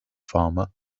farmer